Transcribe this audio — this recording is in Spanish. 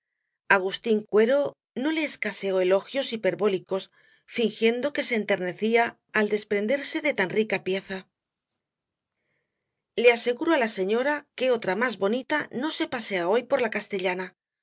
agustín cuero no le escaseó elogios hiperbólicos fingiendo que se enternecía al desprenderse de tan rica pieza le aseguro á la señora que otra más bonita no se pasea hoy por la castellana